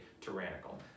tyrannical